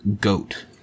goat